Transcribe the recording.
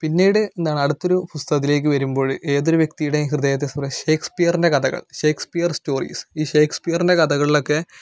പിന്നീട് എന്താണ് അടുത്തൊരു പുസ്തകത്തിലേക്ക് വരുമ്പോഴ് ഏതൊരു വ്യക്തിയുടേയും ഹൃദയത്തെ ഷെക്സ്പിയറിൻ്റെ കഥകൾ ഷെക്സ്പിയർ സ്റ്റോറീസ് ഈ ഷെക്സ്പിയറിൻ്റെ കഥകളിലൊക്കെ